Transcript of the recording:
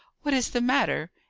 what is the matter?